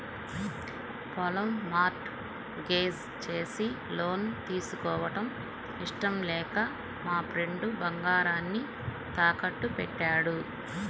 పొలం mortgage చేసి loan తీసుకోవడం ఇష్టం లేక మా ఫ్రెండు బంగారాన్ని తాకట్టుబెట్టాడు